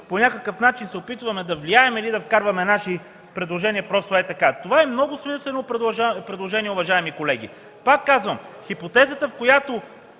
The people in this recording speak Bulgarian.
по някакъв начин се опитваме да влияем или вкарваме наши предложения, просто ей така. Това е много смислено предложение, уважаеми колеги. Пак казвам – хипотезата, в която